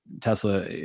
Tesla